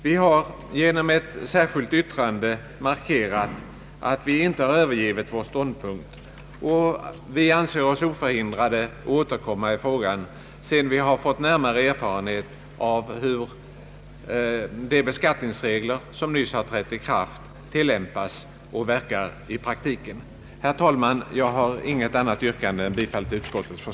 Vi har emellertid genom ett särskilt yttrande velat markera att vi inte har övergivit vår ursprungliga ståndpunkt och att vi anser oss vara oförhindrade att återkomma i frågan sedan vi fått närmare erfarenhet av hur de beskattningsregler, som nyss har trätt i kraft, tillämpas och verkar i praktiken. Herr talman! Jag har inget annat yr